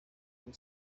kuri